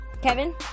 Kevin